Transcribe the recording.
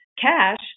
cash